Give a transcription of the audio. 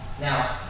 now